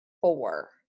four